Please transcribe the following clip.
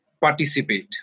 participate